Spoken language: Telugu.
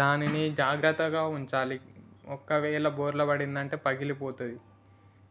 దానిని జాగ్రత్తగా ఉంచాలి ఒకవేళ్ళ బోర్లా పడిందంటే పగిలిపోతుంది